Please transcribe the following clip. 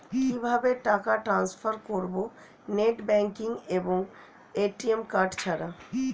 কিভাবে টাকা টান্সফার করব নেট ব্যাংকিং এবং এ.টি.এম কার্ড ছাড়া?